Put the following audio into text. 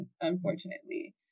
unfortunately